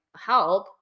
help